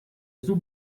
azul